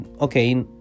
okay